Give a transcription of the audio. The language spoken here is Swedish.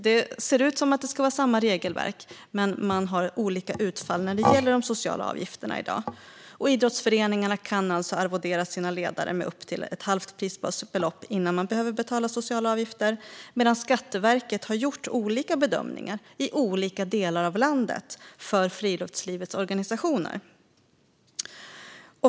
Det ser ut som att det ska vara samma regelverk, men man har olika utfall när det gäller de sociala avgifterna i dag. Idrottsföreningarna kan alltså arvodera sina ledare med upp till ett halvt prisbasbelopp innan man behöver betala sociala avgifter, medan Skatteverket har gjort olika bedömningar i olika delar av landet för friluftslivets organisationer.